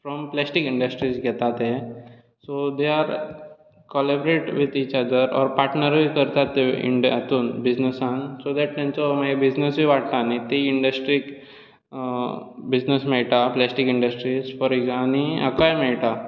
from plastic industries घेता ते so they are collaborate with each other or पार्टनरूय करतात ते बिजनसान सो दॅट मागीर तांचो बिजनॅसूय वाडटा न्ही सो ती इंडस्ट्रीक बिजनेस मेळटा प्लास्टीक इंडस्ट्रीज आनी हाकाय मेळटा